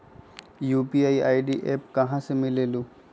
UPI app कहा से मिलेलु?